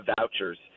vouchers